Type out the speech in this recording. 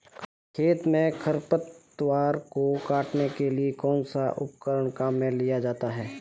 खेत में खरपतवार को काटने के लिए कौनसा उपकरण काम में लिया जाता है?